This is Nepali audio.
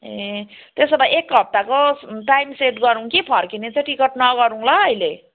ए त्यसो भए एक हप्ताको टाइम सेट गरौँ कि फर्किन चाहिँ टिकट नगरौँ ल अहिले